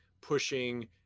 pushing